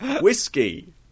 whiskey